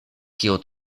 kiu